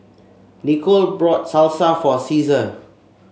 Nichol brought Salsa for Ceasar